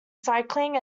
cycling